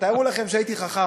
תארו לכם שהייתי חכם,